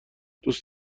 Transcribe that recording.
دوست